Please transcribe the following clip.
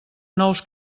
nous